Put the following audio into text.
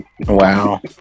Wow